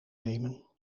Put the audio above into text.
nemen